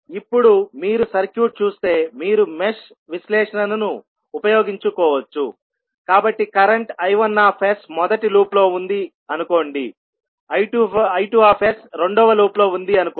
ఇప్పుడు మీరు సర్క్యూట్ చూస్తే మీరు మెష్ విశ్లేషణను ఉపయోగించుకోవచ్చుకాబట్టి కరెంట్ I1 మొదటి లూప్లో ఉంది అనుకోండిI2 రెండవ లూప్లో ఉంది అనుకోండి